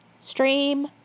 Stream